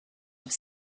have